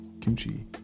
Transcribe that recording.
kimchi